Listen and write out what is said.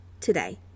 today